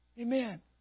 Amen